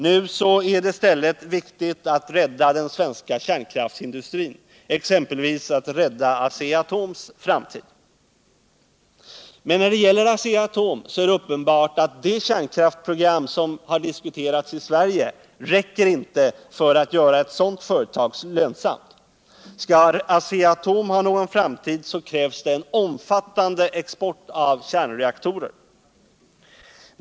Nu är det i stället viktigt att rädda den svenska kärnkraftsindustrin, exempelvis att rädda AB Asea-Atoms framtid. Men när det gäller Asea-Atom är det uppenbart att det kärnkraftsprogram som har diskuterats i Sverige inte räcker för att göra ett sådant företag lönsamt. Skall Asea-Atom ha någon framtid krävs det en omfattande export av kärnreaktorer.